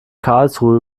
karlsruhe